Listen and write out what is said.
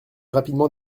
rapidement